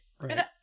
right